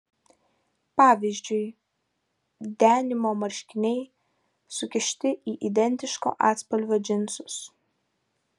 pavyzdžiui denimo marškiniai sukišti į identiško atspalvio džinsus